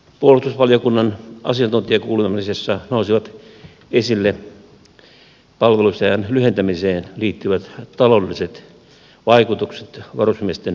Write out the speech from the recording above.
puolustusvaliokunnan asiantuntijakuulemisessa nousivat esille palvelusajan lyhentämiseen liittyvät taloudelliset vaikutukset varusmiesten toimeentuloon